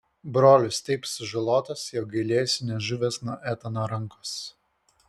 brolis taip sužalotas jog gailėjosi nežuvęs nuo etano rankos